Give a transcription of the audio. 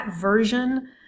version